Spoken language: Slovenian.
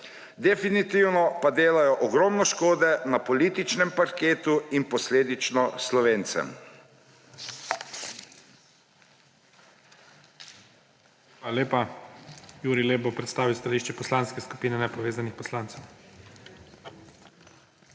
definitivno pa delajo ogromno škode na političnem parketu in posledično Slovencem.